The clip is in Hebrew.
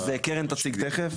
אז קרן תציג תיכף,